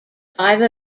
five